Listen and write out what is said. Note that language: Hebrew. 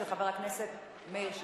של חבר הכנסת מאיר שטרית.